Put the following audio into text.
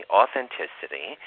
authenticity